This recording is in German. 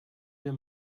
wir